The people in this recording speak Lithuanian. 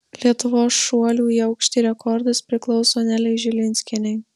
lietuvos šuolių į aukštį rekordas priklauso nelei žilinskienei